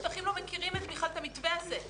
השטחים לא מכירים בכלל את המתווה הזה.